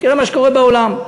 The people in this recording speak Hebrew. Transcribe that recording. תראה מה שקורה בעולם.